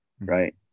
right